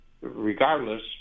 regardless